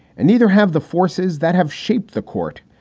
and neither have the forces that have shaped the court.